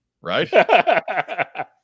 Right